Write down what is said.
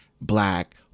black